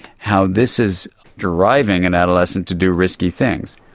how this is driving an adolescent to do risky things.